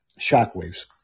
shockwaves